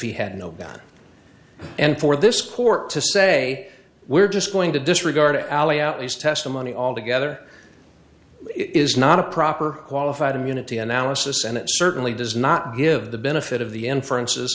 he had no bet and for this court to say we're just going to disregard allie out these testimony altogether it is not a proper qualified immunity analysis and it certainly does not give the benefit of the inferences